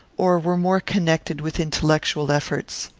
or were more connected with intellectual efforts.